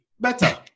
better